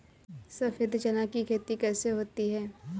सफेद चना की खेती कैसे होती है?